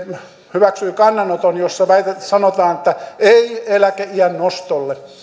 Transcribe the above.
hyväksyi kannanoton jossa sanotaan että ei eläkeiän nostolle